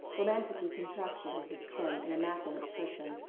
romantically contrasted with his trim and immaculate person.